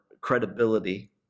credibility